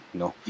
no